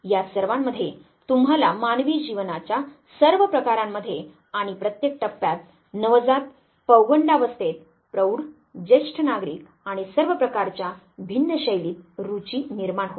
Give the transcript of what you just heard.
या सर्वांमधे तुम्हाला मानवी जीवनाच्या सर्व प्रकारांमध्ये आणि प्रत्येक टप्प्यात नवजात पौगंडावस्थेत प्रौढ ज्येष्ठ नागरिक आणि सर्व प्रकारच्या भिन्न शैलीत रुचि निर्माण होते